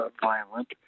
violent